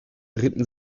ritten